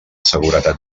seguretat